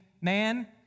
man